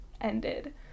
ended